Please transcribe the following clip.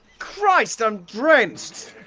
christ! i'm drenched!